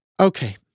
Okay